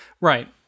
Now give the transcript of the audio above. Right